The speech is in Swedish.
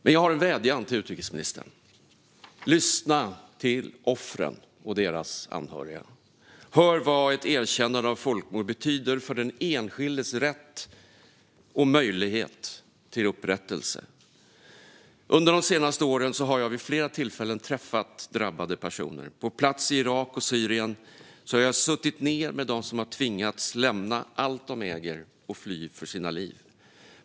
Men jag har en vädjan till utrikesministern: Lyssna till offren och deras anhöriga! Hör vad ett erkännande av folkmord betyder för den enskildes rätt och möjlighet till upprättelse! Under de senaste åren har jag vid flera tillfällen träffat drabbade personer. På plats i Irak och Syrien har jag suttit ned med dem som tvingats lämna allt de äger för att fly för sina liv.